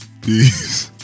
Peace